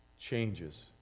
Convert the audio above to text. changes